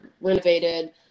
renovated